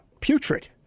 putrid